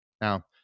Now